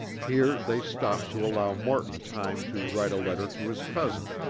here they stopped to allow morton time to write a letter to his cousin,